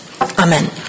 Amen